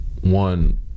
One